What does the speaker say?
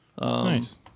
Nice